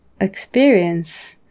experience